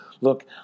Look